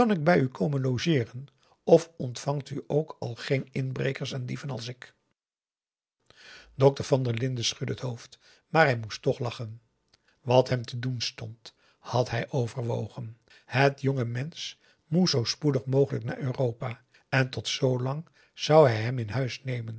bij u komen logeeren of ontvangt u ook al geen inbrekers en dieven als ik dokter van der linden schudde het hoofd maar hij moest toch lachen p a daum de van der lindens c s onder ps maurits wat hem te doen stond had hij overwogen het jonge mensch moest zoo spoedig mogelijk naar europa en tot zoolang zou hij hem in huis nemen